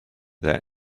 that